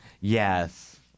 Yes